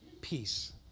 peace